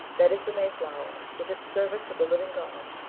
that is the may-flower, with its servants of the living god,